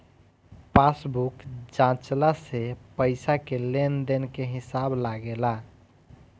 passbook जाँचला से पईसा के लेन देन के हिसाब लागेला